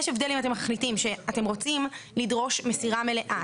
יש הבדל אם אתם מחליטים שאתם רוצים לדרוש מסירה מלאה,